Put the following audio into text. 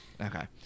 Okay